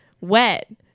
wet